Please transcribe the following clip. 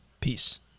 Peace